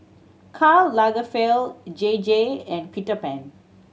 Karl Lagerfeld J J and Peter Pan